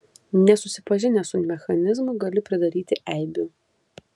nesusipažinęs su mechanizmu gali pridaryti eibių